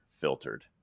filtered